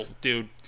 dude